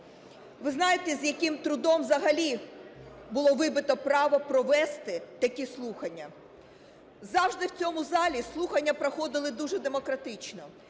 Ви знаєте, з яким трудом взагалі було вибито право провести такі слухання. Завжди в цьому залі слухання проходили дуже демократично,